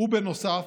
ובנוסף,